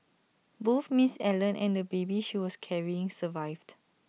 both Ms Allen and the baby she was carrying survived